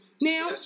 Now